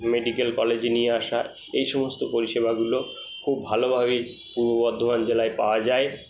medical কলেজে নিয়ে আসা এই সমস্ত পরিষেবাগুলো খুব ভালোভাবেই পূর্ব বর্ধমান জেলায় পাওয়া যায়